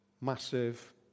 massive